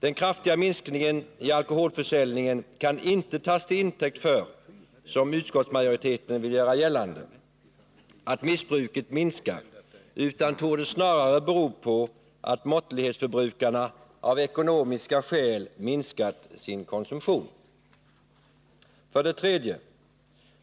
Den kraftiga minskningen i alkoholförsäljningen kan inte tas till intäkt för, som utskottsmajoriteten vill göra gällande, att missbruket minskar, utan den torde snarare bero på att måttlighetsförbrukarna av ekonomiska skäl minskat sin konsumtion. 3.